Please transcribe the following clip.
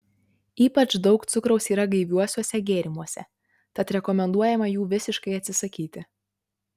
ypač daug cukraus yra gaiviuosiuose gėrimuose tad rekomenduojama jų visiškai atsisakyti